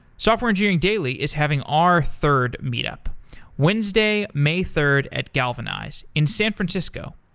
software engineering daily is having our third meet up wednesday, may third at galvanize in san francisco.